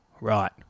Right